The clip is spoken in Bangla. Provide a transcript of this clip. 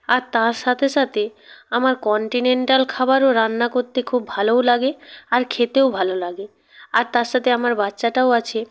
আর তার সাথে সাথে আমার কন্টিনেন্টাল খাবারও রান্না করতে খুব ভালোও লাগে আর খেতেও ভালো লাগে আর তার সাথে আমার বাচ্চাটাও আছে